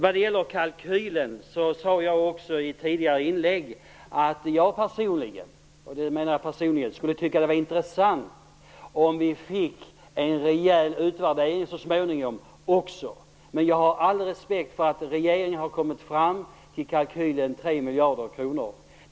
Vad det gäller kalkylen sade jag i ett tidigare inlägg att jag personligen skulle tycka att det var intressant om vi så småningom fick en rejäl utvärdering. Jag har all respekt för att regeringen har kommit fram till siffran 3 miljarder kronor i kalkylen.